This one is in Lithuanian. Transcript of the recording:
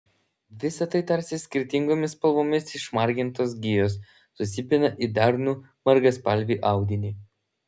visa tai tarsi skirtingomis spalvomis išmargintos gijos susipina į darnų margaspalvį audinį